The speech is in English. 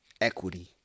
equity